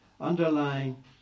underlying